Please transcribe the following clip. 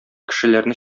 кешеләрне